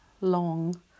long